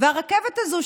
והרכבת הזו,